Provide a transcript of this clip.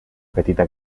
petita